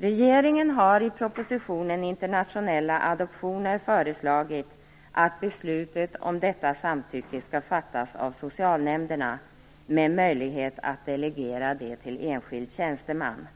Regeringen har i propositionen Internationella adoptionsfrågor föreslagit att beslutet om detta samtycke skall fattas av socialnämnderna med möjlighet att delegera det till enskild tjänsteman.